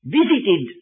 visited